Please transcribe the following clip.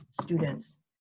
students